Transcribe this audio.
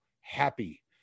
happy